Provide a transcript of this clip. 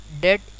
dead